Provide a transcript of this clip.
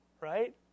right